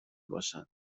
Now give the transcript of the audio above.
باشند